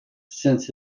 since